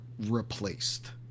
Replaced